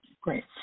Great